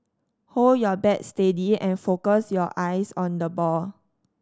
hold your bat steady and focus your eyes on the ball